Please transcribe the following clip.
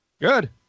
good